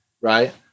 right